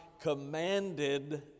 commanded